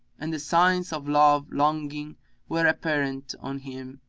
and the signs of love longing were apparent on him.